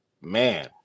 man